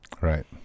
Right